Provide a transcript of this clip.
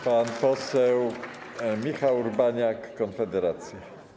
Pan poseł Michał Urbaniak, Konfederacja.